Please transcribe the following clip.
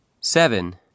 Seven